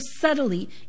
subtly